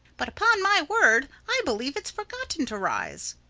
but upon my word i believe it's forgotten to rise.